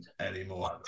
anymore